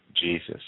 Jesus